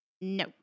no